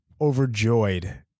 overjoyed